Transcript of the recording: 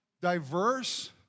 diverse